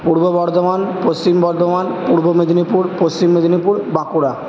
Purba Bardhaman Paschim Bardhaman Purba Medinipur Paschim Medinipur Bankura